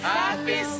happy